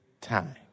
time